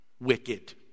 wicked